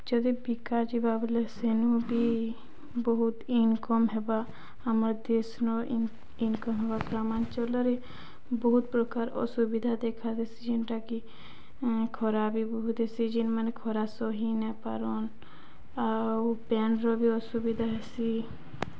ଯଦି ବିକା ଯିବା ବେଲେ ସେନୁ ବି ବହୁତ୍ ଇନ୍କମ୍ ହେବା ଆମର୍ ଦେଶର ଇନ୍କମ୍ ହେବା ଗ୍ରାମାଞ୍ଚଲ୍ରେ ବହୁତ୍ ପ୍ରକାର୍ ଅସୁବିଧା ଦେଖା ଦେସି ଯେନ୍ଟାକି ଖରା ବି ବହୁତ୍ ହେସି ଯେନ୍ ମାନେ ଖରା ସହି ନପାରନ୍ ଆଉ ପାଏନ୍ର ବି ଅସୁବିଧା ହେସି